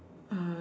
uh